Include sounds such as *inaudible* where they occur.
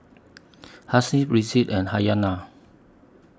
Hasif Rizqi and *unintelligible*